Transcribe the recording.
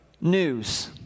news